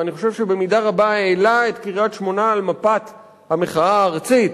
ואני חושב שבמידה רבה העלה את קריית-שמונה על מפת המחאה הארצית,